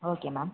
okay ma'am